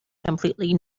completely